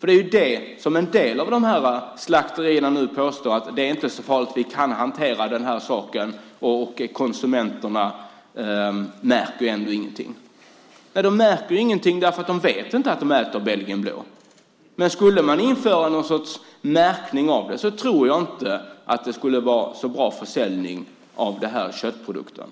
Det är ju det som en del av de här slakterierna nu påstår, att det inte är så farligt, att de kan hantera den saken, och konsumenterna märker ändå ingenting. Nej, de märker ingenting, för de vet inte att de äter belgisk blå. Men om man skulle införa någon sorts märkning av det tror jag inte att det skulle bli så bra försäljning av den köttprodukten.